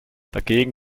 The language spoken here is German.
dagegen